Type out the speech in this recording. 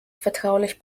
vertraulich